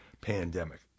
pandemic